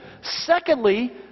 Secondly